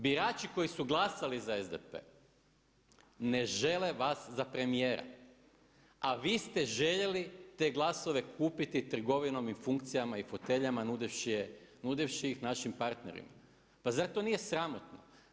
Birači koji su glasali za SDP ne žele vas za premijera, a vi ste željeli te glasove kupiti trgovinom i funkcijama i foteljama nudivši je, nudivši ih, našim partnerima pa zar to nije sramotno?